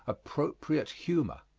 appropriate humor.